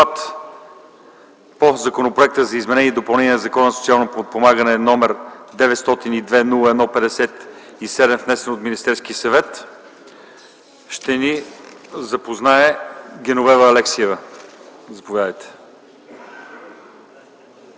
по Законопроекта за изменение и допълнение на Закона за социално подпомагане, № 902-01-57, внесен от Министерския съвет, ще ни запознае госпожа Геновева Алексиева. Заповядайте.